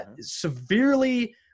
Severely